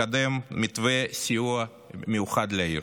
לקדם מתווה סיוע מיוחד לעיר.